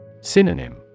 Synonym